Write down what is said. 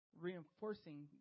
reinforcing